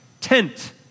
Tent